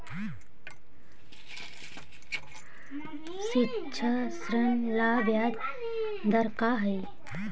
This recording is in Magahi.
शिक्षा ऋण ला ब्याज दर का हई?